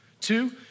Two